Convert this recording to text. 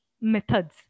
methods